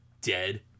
dead